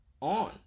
on